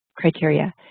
criteria